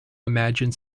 imagine